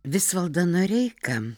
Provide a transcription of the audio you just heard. visvaldą noreiką